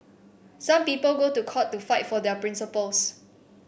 some people go to court to fight for their principles